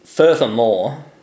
Furthermore